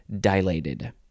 dilated